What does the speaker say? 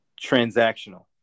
transactional